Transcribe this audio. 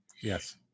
Yes